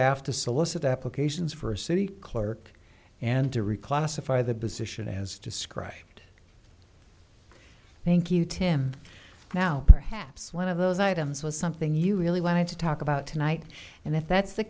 to solicit applications for a city clerk and to reclassify the position as described thank you tim now perhaps one of those items was something you really wanted to talk about tonight and if that's the